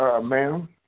Ma'am